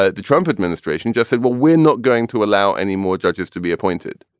ah the trump administration just said, well, we're not going to allow any more judges to be appointed.